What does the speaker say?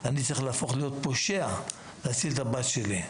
אני צריך להיות פושע כדי להציל את הבת שלי?